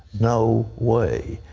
no way.